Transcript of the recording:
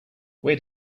where